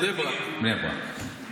בבני ברק.